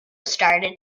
started